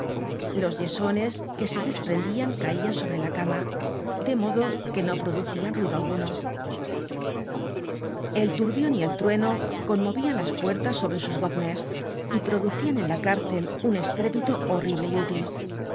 los yesones que se desprendian caian sobre la cama de modo que no producian ruido alguno content from google book search generated at el turbion y el trueno conmovian las puertas sobre sus goznes y producian en la cárcel un estrépito horrible y útil